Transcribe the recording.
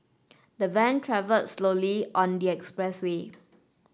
the van travelled slowly on the expressway